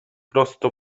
prosto